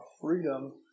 freedom